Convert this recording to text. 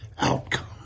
outcome